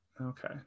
okay